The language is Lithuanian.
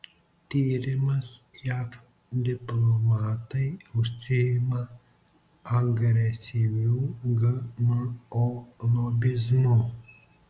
tyrimas jav diplomatai užsiima agresyviu gmo lobizmu